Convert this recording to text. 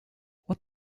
what